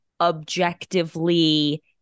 objectively